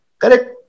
Correct